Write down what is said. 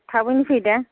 थाबैनो फै दे